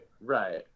Right